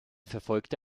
verfolgte